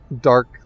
Dark